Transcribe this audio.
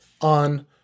on